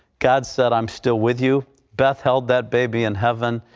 god said i'm still with you beth held that baby in heaven,